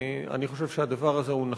אני חושב שהדבר הזה הוא נכון,